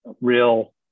real